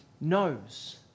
knows